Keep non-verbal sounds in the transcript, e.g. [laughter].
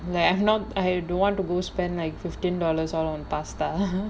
like I not I don't want to go spend like fifteen dollars all on pasta [laughs]